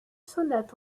sonate